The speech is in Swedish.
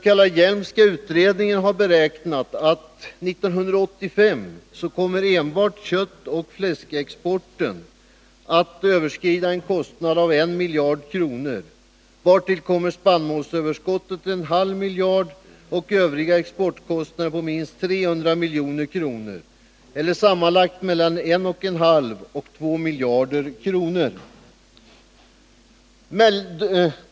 k. Hjelmska utredningen har beräknat att 1985 kommer enbart kött-' och fläskexporten att överskrida en kostnad av 1 miljard kronor, vartill kommer spannmålsöverskottets kostnad på 1 2 och 2 miljarder kronor.